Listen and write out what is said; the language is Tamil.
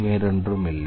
வேறொன்றுமில்லை